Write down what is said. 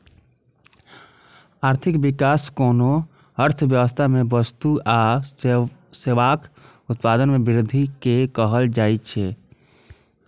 आर्थिक विकास कोनो अर्थव्यवस्था मे वस्तु आ सेवाक उत्पादन मे वृद्धि कें कहल जाइ छै